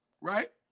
right